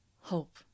hope